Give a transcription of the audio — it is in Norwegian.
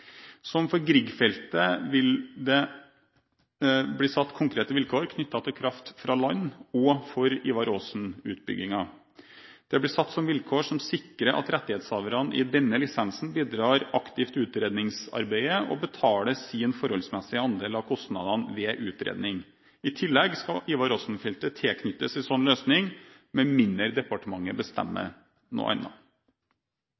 Som for Edvard Grieg-feltet vil det bli satt konkrete vilkår knyttet til kraft fra land og for Ivar Aasen-utbyggingen. Det blir satt vilkår som sikrer at rettighetshaverne i denne lisensen bidrar aktivt i utredningsarbeidet og betaler sin forholdsmessige andel av kostnadene ved utredning. I tillegg skal Ivar Aasen-feltet tilknyttes en slik løsning, med mindre departementet bestemmer